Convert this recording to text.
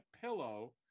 pillow